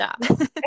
job